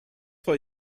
war